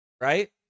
Right